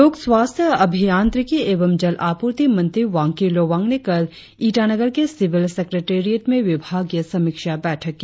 लोक स्वास्थ्य अभियांत्रिकी एवं जल आपूर्ति मंत्री वांकी लोवांग ने कल ईटानगर के सिविल सेक्रेटेरियट में विभागीय समीक्षा बैठक की